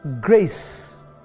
grace